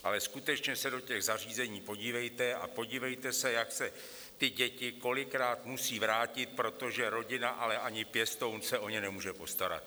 Ale skutečně se do těch zařízení podívejte a podívejte se, jak se ty děti kolikrát musí vrátit, protože rodina ani pěstoun se o ně nemůže postarat.